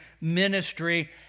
ministry